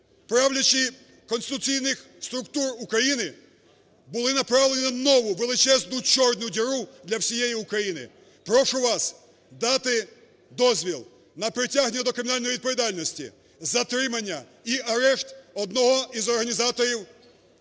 правлячих конституційних структур України були направлені на нову величезну чорну діру для всієї України. Прошу вас дати дозвіл на притягнення до кримінальної відповідальності, затримання і арешт одного із організаторів,